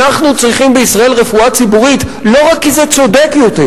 אנחנו צריכים בישראל רפואה ציבורית לא רק כי זה צודק יותר,